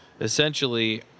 essentially